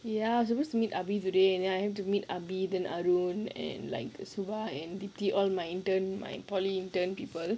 ya I supposed to meet ah bee today and then I have to meet ah bee then ah ruin and like suba and beatty all my intern my polytechnic intern people